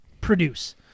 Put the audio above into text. produce